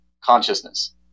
consciousness